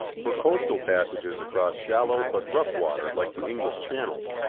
for coastal passages across shallow but rough water like the english channel,